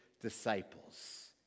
disciples